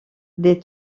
des